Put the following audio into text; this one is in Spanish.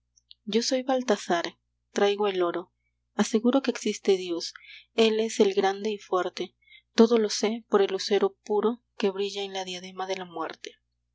yo soy baltasar traigo el oro aseguro que existe dios él es el grande y fuerte todo lo sé por el lucero puro que brilla en la diadema de la muerte